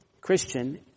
Christian